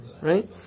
right